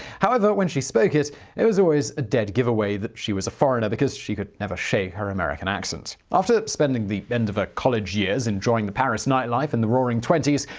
however, when she spoke, it it was always a dead-giveaway that she was a foreigner, because she could never shake her american accent. after spending the end of her ah college years enjoying the paris nightlife in the roaring twenty s,